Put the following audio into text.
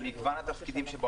על מגוון התפקידים שבו,